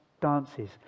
dances